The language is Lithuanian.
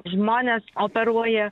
žmones operuoja